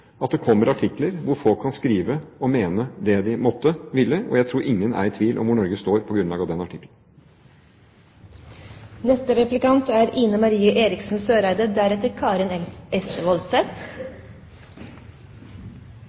at det kommer artikler hvor folk kan skrive og mene det de måtte ville, og jeg tror ingen er i tvil om hvor Norge står på grunnlag av den